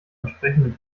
entsprechenden